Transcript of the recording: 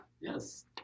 Yes